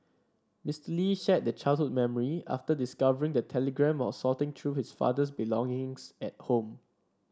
Mister Lee shared the childhood memory after discovering the telegram while sorting through his father's belongings at home